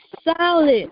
solid